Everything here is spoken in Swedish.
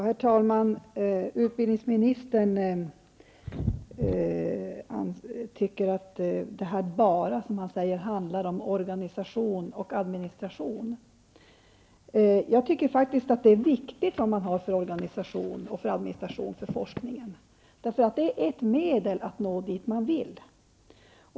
Herr talman! Utbildningsministern säger att detta ''bara'' handlar om organisation och administration. Jag tycker faktiskt att frågan om vilken organisation och administration man har för forskningen är viktig. Det är nämligen ett medel att nå dit man vill.